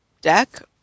deck